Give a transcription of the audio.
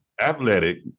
Athletic